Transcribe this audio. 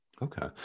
Okay